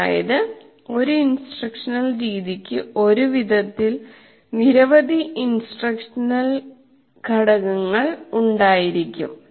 അതായത് ഒരു ഇൻസ്ട്രക്ഷണൽ രീതിക്ക് ഒരു വിധത്തിൽ നിരവധി ഇൻസ്ട്രക്ഷണൽ ഘടകങ്ങൾ ഉണ്ടായിരിക്കും